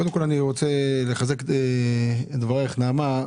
קודם כל אני רוצה לחזק את דברייך נעמה,